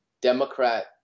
Democrat